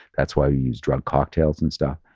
that's why we use drug cocktails and stuff.